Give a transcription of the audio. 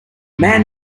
man